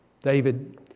David